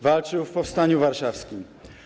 Walczył w Powstaniu Warszawskim.